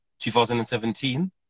2017